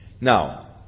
Now